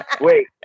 Wait